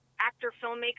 actor-filmmaker